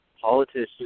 politicians